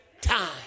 time